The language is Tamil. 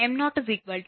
m0 0